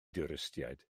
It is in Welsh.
dwristiaid